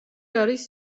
არის